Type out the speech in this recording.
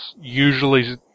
usually